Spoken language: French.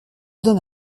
donne